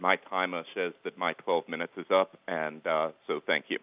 my time a says that my twelve minutes is up and so thank you